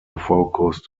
focused